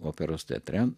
operos teatre